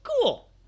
Cool